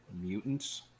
mutants